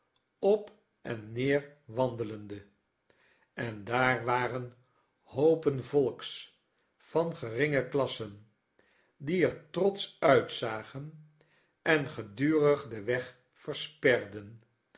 op en neer wandelende en daar waren hoopen volks van de geringe klasse die er trotsch uitzagen en gedurig den weg versperden